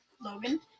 Logan